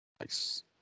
Nice